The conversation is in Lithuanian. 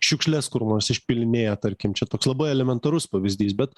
šiukšles kur nors išpilinėja tarkim čia toks labai elementarus pavyzdys bet